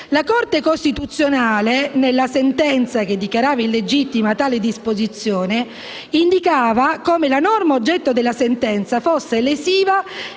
La Corte costituzionale nella sentenza che dichiarava illegittima tale disposizione indicava come la norma oggetto della sentenza fosse lesiva